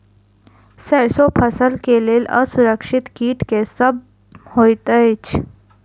सैरसो फसल केँ लेल असुरक्षित कीट केँ सब होइत अछि?